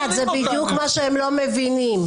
זה בדיוק מה שהם לא מבינים.